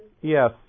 Yes